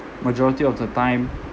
majority of the time